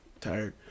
tired